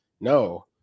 No